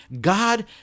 God